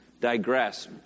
digress